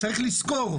צריך לזכור,